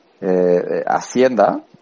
Hacienda